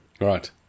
Right